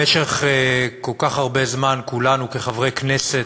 במשך כל כך הרבה זמן כולנו כחברי כנסת